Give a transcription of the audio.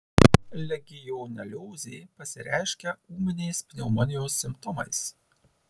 legioneliozė pasireiškia ūminės pneumonijos simptomais